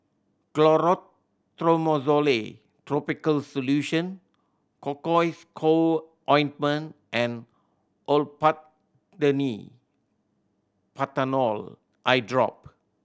Clotrimozole Topical Solution Cocois Co Ointment and Olopatadine Patanol Eyedrop